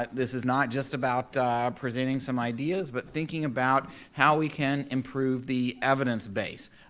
ah this is not just about presenting some ideas but thinking about how we can improve the evidence base.